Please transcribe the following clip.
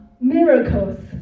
miracles